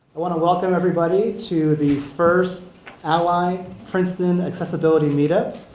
i want to welcome everybody to the first ally princeton accessibility meetup.